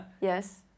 yes